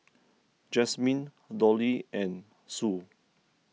Jazmine Dolly and Sue